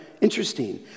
interesting